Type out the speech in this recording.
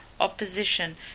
opposition